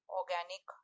organic